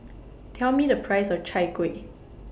Tell Me The Price of Chai Kuih